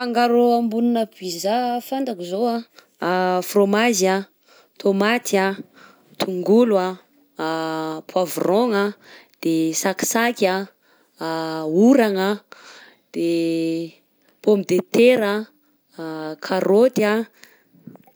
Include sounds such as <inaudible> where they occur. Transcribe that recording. Fangarona pizza fantako zô a: <hesitation> frômazy a, tomaty a, tongolo a, poivron-gna, de sakisaky a, <hesitation> oragna, de pomme de terre a, <hesitation> karôty a.